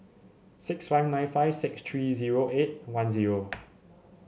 six five nine five six three zero eight one zero